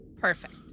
Perfect